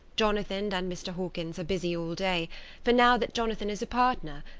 jonathan and mr. hawkins are busy all day for, now that jonathan is a partner,